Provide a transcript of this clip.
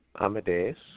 Amadeus